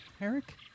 eric